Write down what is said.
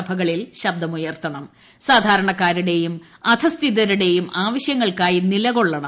സഭകളിൽ സാധാരണക്കാരുടെയും അധസ്ഥിതരുടെയും ആവശ്യങ്ങൾക്കായി നിലകൊള്ളണം